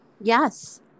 Yes